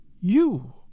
You